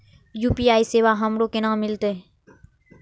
UPI सेवा हमरो केना मिलते?